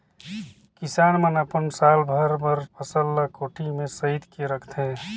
किसान मन अपन साल भर बर फसल ल कोठी में सइत के रखथे